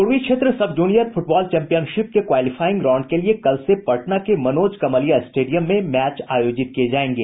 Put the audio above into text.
पूर्वी क्षेत्र सब जूनियर फुटबॉल चैंपियनशिप के क्वालीफाइंग राउंड के लिये कल से पटना के मनोज कमलिया स्टेडियम में मैच आयोजित किये जायेंगे